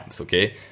okay